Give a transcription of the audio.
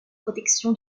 protection